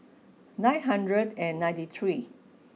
nine hundred and ninety three